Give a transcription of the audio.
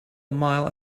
mile